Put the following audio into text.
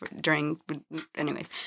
during—anyways